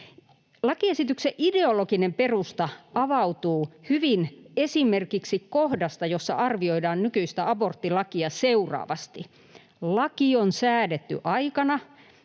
Lakiesityksen ideologinen perusta avautuu hyvin esimerkiksi kohdasta, jossa arvioidaan nykyistä aborttilakia seuraavasti: ”Laki on säädetty aikana”